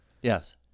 Yes